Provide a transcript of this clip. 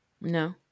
No